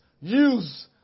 use